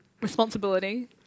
responsibility